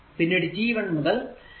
പിന്നീട് t 1 മുതൽ t